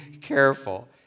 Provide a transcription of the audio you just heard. careful